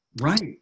Right